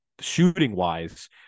shooting-wise